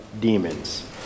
demons